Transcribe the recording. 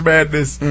Madness